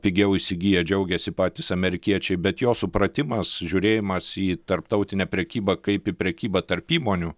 pigiau įsigiję džiaugiasi patys amerikiečiai bet jo supratimas žiūrėjimas į tarptautinę prekybą kaip į prekybą tarp įmonių